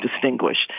distinguished